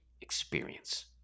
experience